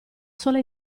sola